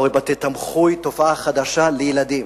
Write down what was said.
אתה רואה בתי-תמחוי, תופעה חדשה, לילדים,